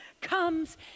comes